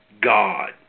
God